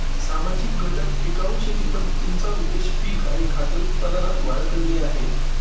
सामाजिक घटक टिकाऊ शेती पद्धतींचा उद्देश पिक आणि खाद्य उत्पादनात वाढ करणे आहे